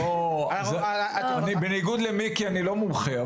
אני בניגוד למיקי אני לא מומחה,